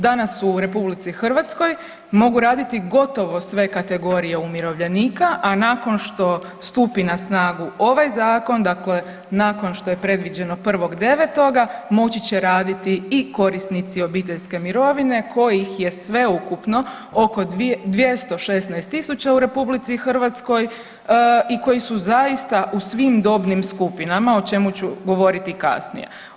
Danas u RH mogu raditi gotovo sve kategorije umirovljenika, a nakon što stupi na snagu ovaj zakon, dakle nakon što je predviđeno 1.9. moći će raditi i korisnici obiteljske mirovine kojih je sveukupno oko 216.000 u RH i koji su zaista u svim dobnim skupinama o čemu ću govoriti kasnije.